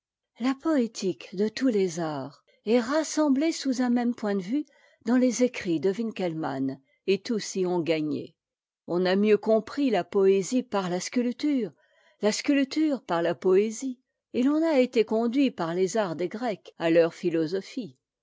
la poétique de tous les arts est rassemblée sous un même point de vue dans les écrits de wincketmann et tous y ont gagné on a mieux compris la poésie par la sculpture la sculpture par la poésie et l'on a été conduit par les arts des grecs à leur philosophie